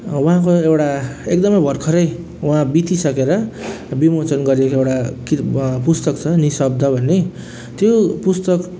उहाँको एउटा एकदमै भर्खरै उहाँ बितिसकेर विमोचन गरिएको एउटा कि पुस्तक छ निशब्द भन्ने त्यो पुस्तक